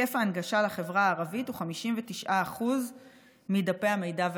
היקף ההנגשה לחברה הערבית הוא 59% מדפי המידע והשירותים.